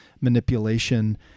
manipulation